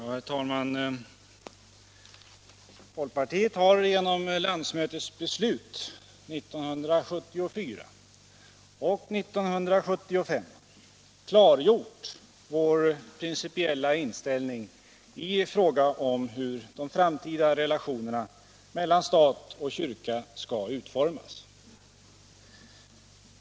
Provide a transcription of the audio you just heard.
Herr talman! Folkpartiet har genom landsmötesbeslut 1974 och 1975 klargjort vår principiella inställning i fråga om hur de framtida relationerna mellan stat och kyrka skall utformas.